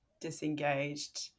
disengaged